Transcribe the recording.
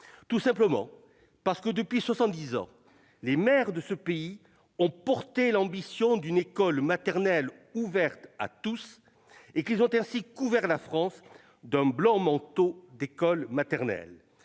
Tout simplement parce que depuis soixante-dix ans, les maires ont porté l'ambition d'une école maternelle ouverte à tous et qu'ils ont ainsi couvert la France d'un blanc manteau d'écoles maternelles